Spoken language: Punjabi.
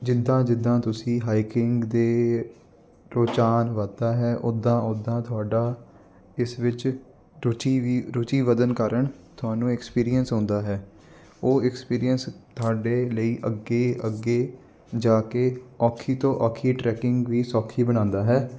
ਜਿੱਦਾਂ ਜਿੱਦਾਂ ਤੁਸੀਂ ਹਾਈਕਿੰਗ ਦੇ ਰੁਝਾਣ ਵੱਧਦਾ ਹੈ ਉਦਾਂ ਉਦਾਂ ਤੁਹਾਡਾ ਇਸ ਵਿੱਚ ਰੁਚੀ ਵੀ ਰੁਚੀ ਵੱਧਣ ਕਾਰਨ ਤੁਹਾਨੂੰ ਐਕਸਪੀਰੀਅੰਸ ਆਉਂਦਾ ਹੈ ਉਹ ਐਕਸਪੀਰੀਅੰਸ ਤੁਹਾਡੇ ਲਈ ਅੱਗੇ ਅੱਗੇ ਜਾ ਕੇ ਔਖੀ ਤੋਂ ਔਖੀ ਟਰੈਕਿੰਗ ਵੀ ਸੌਖੀ ਬਣਾਉਂਦਾ ਹੈ